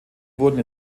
wurden